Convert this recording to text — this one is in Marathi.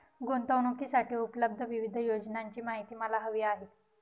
गुंतवणूकीसाठी उपलब्ध विविध योजनांची माहिती मला हवी आहे